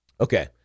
Okay